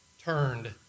turned